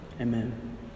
Amen